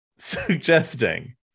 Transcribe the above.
Suggesting